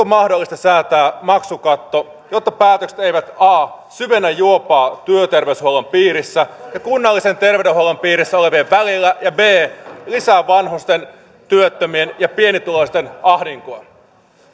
mahdollista säätää maksukatto jotta päätökset eivät a syvennä juopaa työterveyshuollon piirissä ja kunnallisen terveydenhuollon piirissä olevien välillä ja b lisää vanhusten työttömien ja pienituloisten ahdinkoa